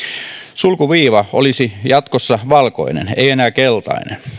sulkuviiva olisi jatkossa valkoinen ei enää keltainen